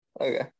Okay